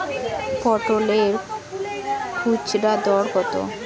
পটলের খুচরা দর কত?